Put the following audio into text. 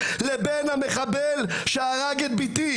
"לבין המחבל שהרג את ביתי",